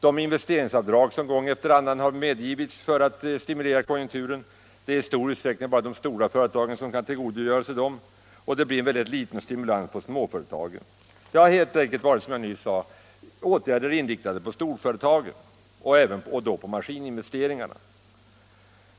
Det är i stor utsträckning bara de stora företagen som kan tillgodogöra sig de investeringsavdrag som gång efter annan har medgivits för att stimulera konjunkturen, och det innebär en mycket liten stimulans för småföretagen. De vidtagna åtgärderna har, som jag nyss sade, helt enkelt varit inriktade på storföretagen — och då på maskininvesteringarna.